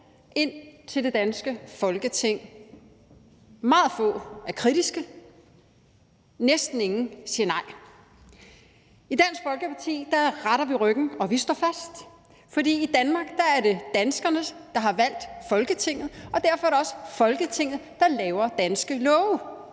ind til det danske Folketing. Meget få er kritiske. Næsten ingen siger nej. I Dansk Folkeparti retter vi ryggen, og vi står fast, for i Danmark er det danskerne, der har valgt Folketinget, og derfor er det også Folketinget, der laver danske love.